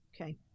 okay